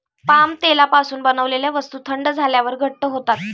palm तेलापासून बनवलेल्या वस्तू थंड झाल्यावर घट्ट होतात